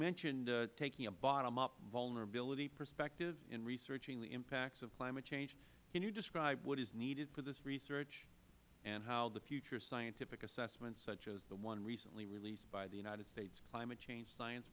mentioned taking a bottom up vulnerability perspective and researching the impacts of climate change can you describe what is needed for this research and how the future scientific assessments such as the one recently released by the united states climate change science